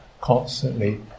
constantly